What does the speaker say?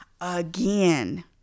again